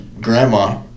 grandma